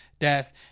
death